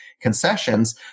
concessions